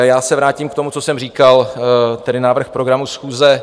Já se vrátím k tomu, co jsem říkal, tedy k návrhu programu schůze.